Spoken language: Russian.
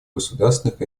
государственных